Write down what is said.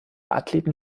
athleten